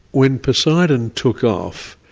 when poseidon took off,